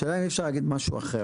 השאלה אם אי אפשר להגיד משהו אחר.